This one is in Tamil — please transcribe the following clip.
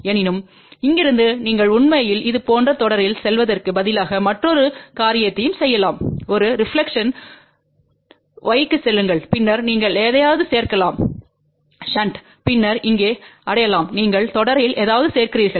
எனினும் இங்கிருந்து நீங்கள் உண்மையில் இது போன்ற தொடரில் செல்வதற்கு பதிலாக மற்றொரு காரியத்தையும் செய்யலாம் ஒரு ரெப்லக்க்ஷன்பை y க்குச் செல்லுங்கள் பின்னர் நீங்கள் எதையாவது சேர்க்கலாம் ஷுண்ட் பின்னர் இங்கே அடையலாம் நீங்கள் தொடரில் ஏதாவது சேர்க்கிறீர்கள்